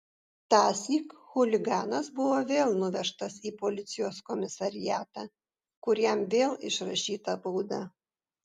tąsyk chuliganas buvo vėl nuvežtas į policijos komisariatą kur jam vėl išrašyta bauda